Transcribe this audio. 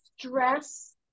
stress